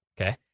Okay